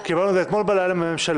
אדוני, קיבלתי את זה אתמול בלילה מהממשלה.